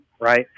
right